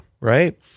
right